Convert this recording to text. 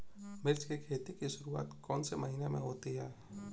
मिर्च की खेती की शुरूआत कौन से महीने में होती है?